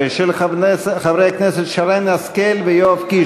12 של חברי הכנסת שרן השכל ויואב קיש,